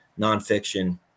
nonfiction